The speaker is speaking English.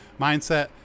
mindset